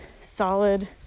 solid